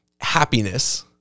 happiness